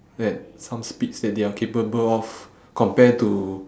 at some speeds that they are capable of compared to